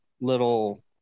little